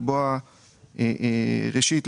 ראשית,